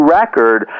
record